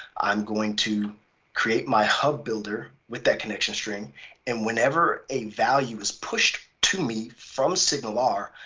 i'm going to create my hub builder with that connection string and whenever a value is pushed to me from signal r,